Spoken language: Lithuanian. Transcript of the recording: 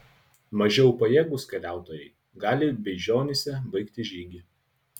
mažiau pajėgūs keliautojai gali beižionyse baigti žygį